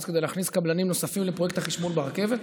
כדי להכניס קבלנים נוספים לפרויקט החשמול ברכבת?